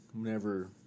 whenever